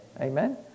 amen